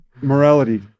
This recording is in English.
morality